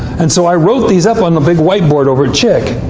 and so i wrote these up on the big white board over at chick.